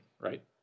right